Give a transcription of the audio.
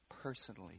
personally